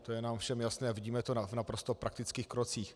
To je nám všem jasné a vidíme to v naprosto praktických krocích.